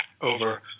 over